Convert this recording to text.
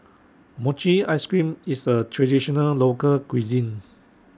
Mochi Ice Cream IS A Traditional Local Cuisine